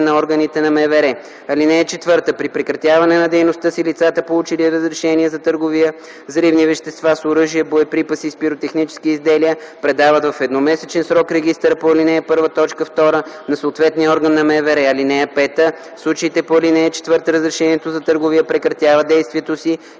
на органите на МВР. (4) При прекратяване на дейността си лицата, получили разрешение за търговия с взривни вещества, с оръжия, с боеприпаси и с пиротехнически изделия, предават в едномесечен срок регистъра по ал. 1, т. 2 на съответния орган на МВР. (5) В случаите по ал. 4 разрешението за търговия прекратява действието си